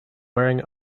wearing